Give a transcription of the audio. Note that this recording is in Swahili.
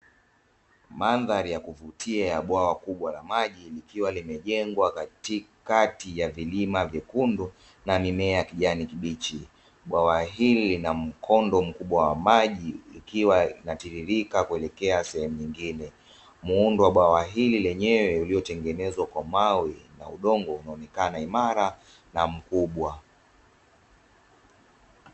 Mandhari ya kuvutia ya bwawa kubwa la maji ikiwa limejengwa katikati ya vilima vyekundu na mimea ya kijani kibichi, bwawa hili lina mkondo mkubwa wa maji ikiwa inatiririka kuelekea sehemu nyengine. Muundo wa bwawa hili lenyewe uliotengenezwa kwa mawe na udongo unaonekana imara na mkubwa.